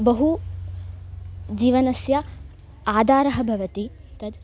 बहु जीवनस्य आधारः भवति तद्